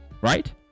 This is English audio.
right